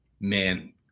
man